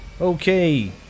Okay